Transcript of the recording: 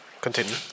Continue